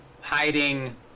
hiding